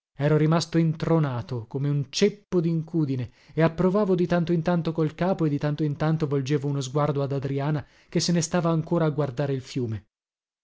ero rimasto intronato come un ceppo dincudine e approvavo di tanto in tanto col capo e di tanto in tanto volgevo uno sguardo ad adriana che se ne stava ancora a guardare il fiume